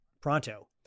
pronto